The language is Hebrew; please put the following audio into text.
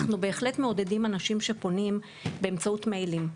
אנחנו בהחלט מעודדים אנשים שפונים באמצעות מיילים,